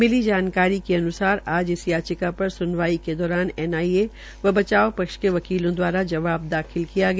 मिली जानकारी के अन्सार आज इस याचिका पर सुनवाई के दौरान एनआईए व बचाव पक्ष के वकीलों दवारा जवाब दाखिल किया गया